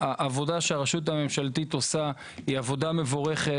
העבודה שהרשות הממשלתית עושה היא עבודה מבורכת.